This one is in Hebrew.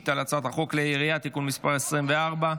על הצעת חוק כלי הירייה (תיקון מס' 24)